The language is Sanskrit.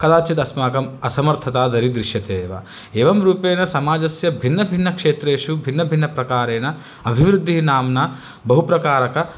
कदाचितस्माकम् असमर्थता दरीदृश्यते एव एवं रूपेण समाजस्य भिन्नभिन्नक्षेत्रेषु भिन्नभिन्नप्रकारेण अभिवृद्धिः नाम्ना बहुप्रकारक